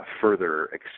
further